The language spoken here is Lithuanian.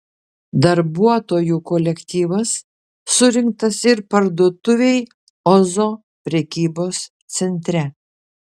darbuotojų kolektyvas surinktas ir parduotuvei ozo prekybos centre